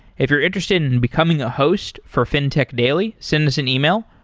if you're interested in becoming a host for fintech daily, send us an email,